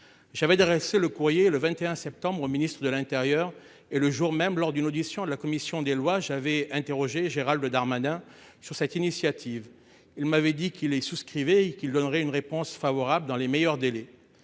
J'avais adressé un courrier en ce sens le 21 septembre au ministre de l'intérieur. Le jour même, lors d'une audition de la commission des lois, je l'avais interrogé sur cette initiative. Il m'avait dit qu'il y souscrivait et qu'il donnerait une réponse favorable dans les meilleurs délais.